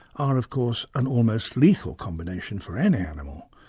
are of course an almost lethal combination for any animal.